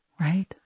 right